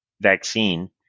vaccine